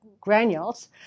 granules